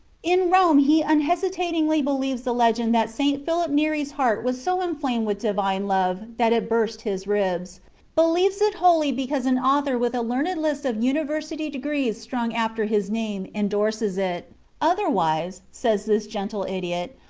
in rome he unhesitatingly believes the legend that st. philip neri's heart was so inflamed with divine love that it burst his ribs believes it wholly because an author with a learned list of university degrees strung after his name endorses it otherwise, says this gentle idiot,